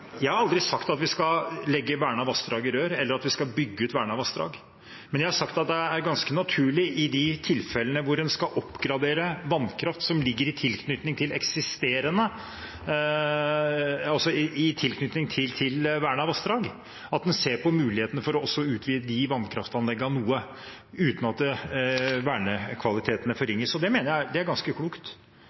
Jeg har aldri sagt at vi skal legge vernede vassdrag i rør, eller at vi skal bygge ut vernede vassdrag. Men jeg har sagt at det er ganske naturlig i de tilfellene der en skal oppgradere vannkraft som ligger i tilknytning til vernede vassdrag, at en ser på mulighetene for også å utvide de vannkraftanleggene noe, uten at vernekvalitetene forringes. Det mener jeg er ganske klokt.